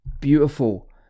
beautiful